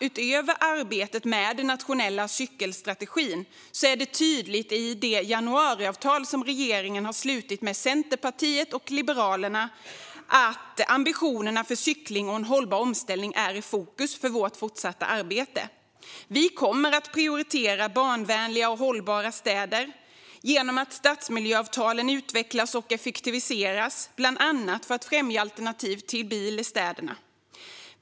Utöver arbetet med den nationella cykelstrategin är det i det januariavtal som regeringen slutit med Centerpartiet och Liberalerna tydligt att ambitionerna för cykling och en hållbar omställning är i fokus för vårt fortsatta arbete. Vi kommer att prioritera barnvänliga och hållbara städer genom att stadsmiljöavtalen utvecklas och effektiviseras för att bland annat främja alternativ till bil i städerna.